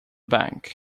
bank